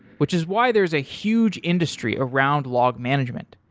which is why there is a huge industry around log management,